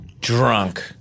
Drunk